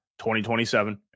2027